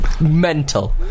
mental